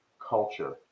culture